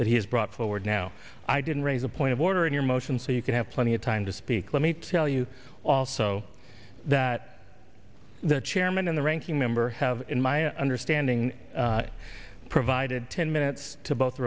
that has brought forward now i didn't raise a point of order in your motion so you could have plenty of time to speak let me tell you also that the chairman and the ranking member have in my understanding provided ten minutes to both